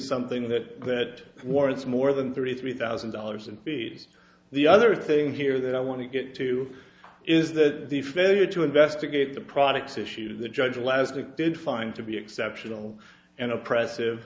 something that that warrants more than thirty three thousand dollars and feed the other thing here that i want to get to is that the failure to investigate the product issue to the judge last week did find to be exceptional and oppressive